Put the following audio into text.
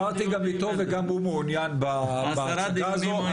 דיברתי גם איתו וגם הוא מעוניין בהצגה הזו.